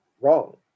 wrong